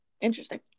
Interesting